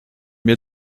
mir